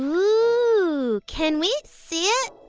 oh, can we see it?